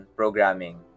programming